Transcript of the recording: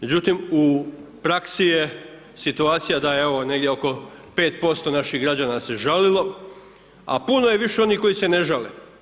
Međutim, u praksi je situacija da je ovo negdje oko 5% naših građana se žalilo, a puno je više onih koji se ne žale.